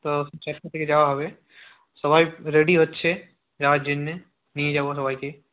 তো চারটে থেকে যাওয়া হবে সবাই রেডি হচ্ছে যাওয়ার জন্যে নিয়ে যাবো সবাইকে